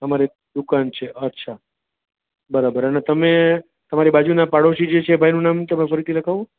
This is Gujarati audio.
તમારે દુકાન છે અચ્છા બરાબર અને તમે તમારી બાજુના પાડોશી જે છે એ ભાઈનું નામ તમે ફરીથી લખાવો